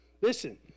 Listen